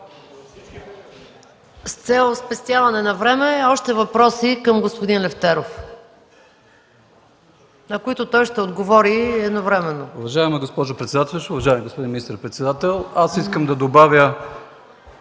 С цел спестяване на време – още въпроси към господин Лефтеров, на които той ще отговори едновременно. ДИМЧО МИХАЛЕВСКИ (КБ): Уважаема госпожо председател, уважаеми господин министър-председател! Аз искам да добавя